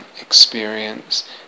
experience